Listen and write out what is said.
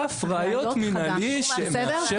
רף ראיות מנהלי שמאפשר פיטורין על סמך מידע.